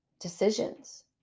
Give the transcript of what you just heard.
decisions